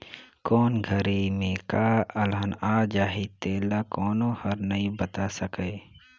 कोन घरी में का अलहन आ जाही तेला कोनो हर नइ बता सकय